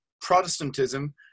Protestantism